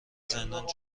زندان